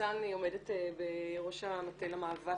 ניצן עומדת בראש המטה למאבק,